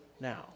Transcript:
now